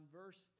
verse